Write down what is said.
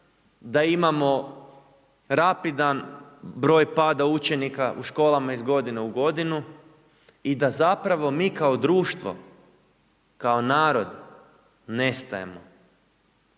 da imamo rapidan broj pada učenika u školama iz godine u godinu i da zapravo mi kao društvo, kao narod nestajemo.